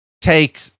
take